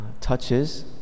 touches